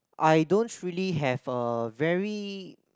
I don't really have a very